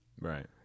right